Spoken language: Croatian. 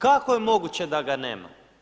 Kako je moguće da ga nema?